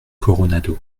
coronado